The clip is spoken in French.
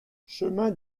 chemin